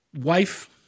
wife